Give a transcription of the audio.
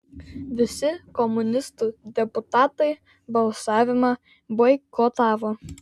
visi komunistų deputatai balsavimą boikotavo